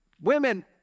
women